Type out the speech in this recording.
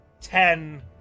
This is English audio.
Ten